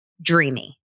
dreamy